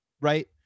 right